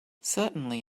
certainly